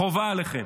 חובה עליכם.